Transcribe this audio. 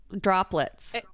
droplets